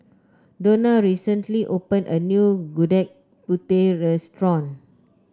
Dona recently opened a new Gudeg Putih restaurant